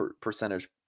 percentage